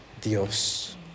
Dios